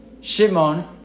Shimon